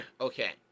Okay